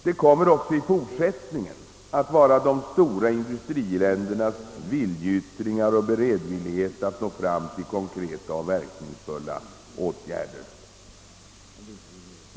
; Det kommer också i fortsättningen att vara de stora industriländernas viljeyttringar och beredvillighet att åstadkomma konkreta och verkningsfulla åtgärder som blir avgörande för om några resultat skall kunna nås.